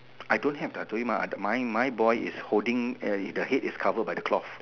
I don't have I told you my mah my my boy is holding a the head is covered by the cloth